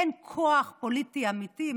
אין כוח פוליטי אמיתי,